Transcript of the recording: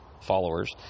followers